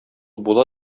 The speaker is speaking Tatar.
була